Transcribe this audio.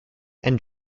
and